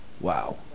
Wow